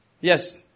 Yes